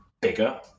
bigger